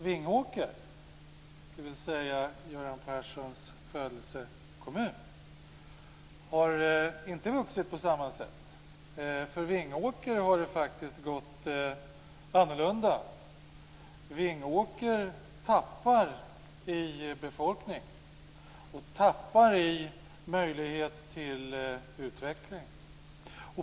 Vingåker, dvs. Göran Perssons födelsekommun, har inte vuxit på samma sätt. För Vingåker har det faktiskt gått annorlunda. Vingåker tappar i befolkning och tappar i möjlighet till utveckling.